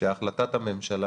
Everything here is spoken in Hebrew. שהחלטת הממשלה